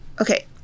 Okay